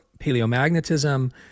paleomagnetism